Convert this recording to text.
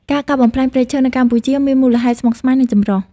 ការកាប់បំផ្លាញព្រៃឈើនៅកម្ពុជាមានមូលហេតុស្មុគស្មាញ និងចម្រុះ។